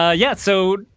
ah yeah, so,